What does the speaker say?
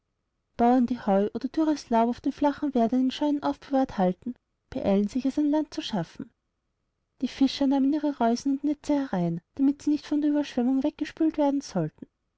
die heu oder dürres laub auf den flachen werdern in scheunen aufbewahrthalten beeiltensich esanlandzuschaffen diefischernahmen ihre reusen und netze herein damit sie nicht von der überschwemmung weggespült werden sollten